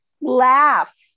Laugh